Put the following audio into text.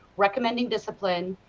recommending discipline,